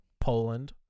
poland